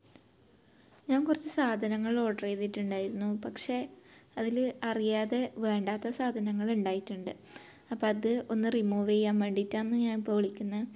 ഞാൻ കുറച്ച് സാധനങ്ങൾ ഓർഡർ ചെയ്തിട്ടുണ്ടായിരുന്നു പക്ഷേ അതിൽ അറിയാതെ വേണ്ടാത്ത സാധനങ്ങൾ ഉണ്ടായിട്ടുണ്ട് അപ്പം അത് ഒന്ന് റിമൂവ് ചെയ്യാൻ വേണ്ടിയിട്ടാണ് ഞാൻ ഇപ്പം വിളിക്കുന്നത്